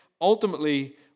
ultimately